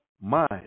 mind